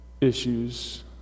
issues